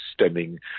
stemming